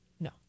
No